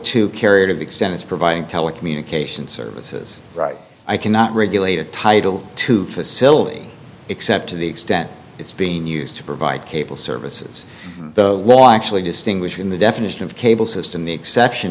to carry to extend its providing telecommunications services right i cannot regulate a title to facility except to the extent it's been used to provide cable services the law actually distinguished in the definition of cable system the exception